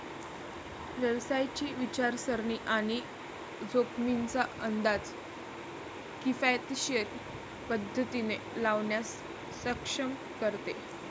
व्यवसायाची विचारसरणी आणि जोखमींचा अंदाज किफायतशीर पद्धतीने लावण्यास सक्षम करते